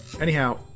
Anyhow